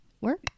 work